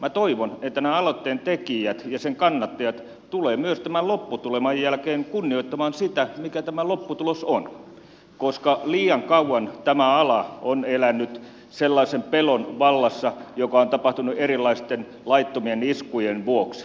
minä toivon että nämä aloitteen tekijät ja sen kannattajat tulevat myös tämän lopputuleman jälkeen kunnioittamaan sitä mikä tämä lopputulos on koska liian kauan tämä ala on elänyt sellaisen pelon vallassa joka on tapahtunut erilaisten laittomien iskujen vuoksi